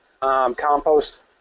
Compost